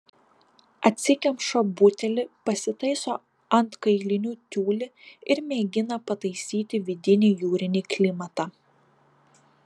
atsikemša butelį pasitaiso ant kailinių tiulį ir mėgina pataisyti vidinį jūrinį klimatą